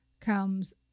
comes